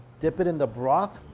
dip it in the broth